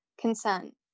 consent